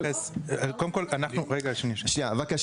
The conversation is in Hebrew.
אבל --- אדוני,